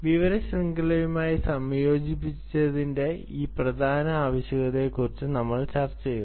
വിവര ശൃംഖലയുമായി സംയോജിപ്പിക്കേണ്ടതിന്റെ ഈ പ്രധാന ആവശ്യകതയെക്കുറിച്ച് നമ്മൾ ചർച്ച ചെയ്യുന്നു